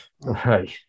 Right